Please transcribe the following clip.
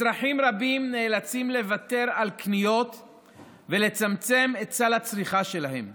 אזרחים רבים נאלצים לוותר על קניות ולצמצם את סל הצריכה שלהם,